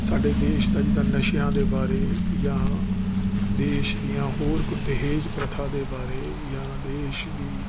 ਸਾਡੇ ਦੇਸ਼ ਦਾ ਜਿੱਦਾਂ ਨਸ਼ਿਆਂ ਦੇ ਬਾਰੇ ਜਾਂ ਦੇਸ਼ ਦੀਆਂ ਹੋਰ ਕੁੱਝ ਦਹੇਜ ਪ੍ਰਥਾ ਦੇ ਬਾਰੇ ਜਾਂ ਦੇਸ਼ ਦੀ